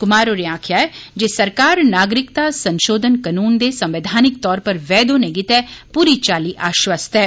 कुमार होरें आक्खेया ऐ जे सरकार नागरिकता संशोधन कानून दे संवैधानिक तौर पर वैध होने गितै प्री चाल्ली आश्वस्त ऐ